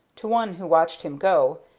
to one who watched him go,